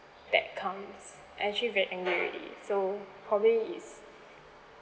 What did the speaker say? that comes actually very angry already so probably is